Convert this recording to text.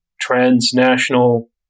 transnational